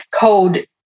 code